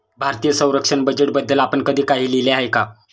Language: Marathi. भारतीय संरक्षण बजेटबद्दल आपण कधी काही लिहिले आहे का?